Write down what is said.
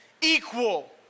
equal